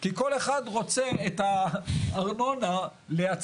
כי כל אחד רוצה את הארנונה לעצמו.